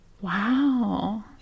Wow